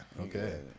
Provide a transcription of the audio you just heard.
Okay